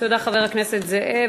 תודה, חבר הכנסת זאב.